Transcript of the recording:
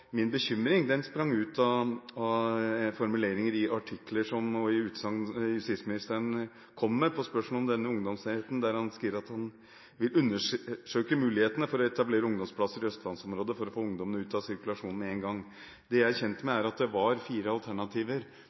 Min bekymring sprang ut av formuleringer i artikler og utsagn justisministeren kom med på spørsmål om denne ungdomsenheten, der han skriver at han vil «undersøke mulighetene for å etablere ungdomsplasser i østlandsområdet for å få ungdommene ut av sirkulasjon med én gang». Det jeg er kjent med, er at det var fire alternativer